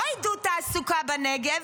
לא עידוד תעסוקה בנגב,